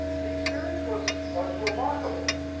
the experience was was remarkable.